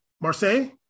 Marseille